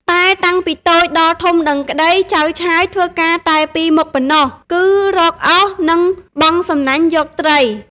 តែតាំងពីតូចដល់ធំដឹងក្តី ចៅឆើយធ្វើការតែពីរមុខប៉ុណ្ណោះ គឺរកឧសនិង បង់សំណាញ់យកត្រី ។